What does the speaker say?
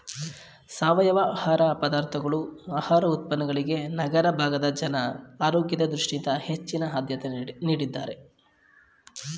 ಸಾವಯವ ಆಹಾರ ಪದಾರ್ಥಗಳು ಆಹಾರ ಉತ್ಪನ್ನಗಳಿಗೆ ನಗರ ಭಾಗದ ಜನ ಆರೋಗ್ಯದ ದೃಷ್ಟಿಯಿಂದ ಹೆಚ್ಚಿನ ಆದ್ಯತೆ ನೀಡಿದ್ದಾರೆ